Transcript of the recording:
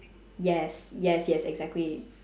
yes yes yes exactly